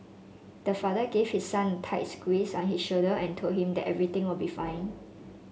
the father gave his son tight squeeze on his shoulder and told him that everything will be fine